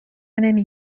نمی